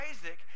isaac